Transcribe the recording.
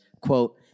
quote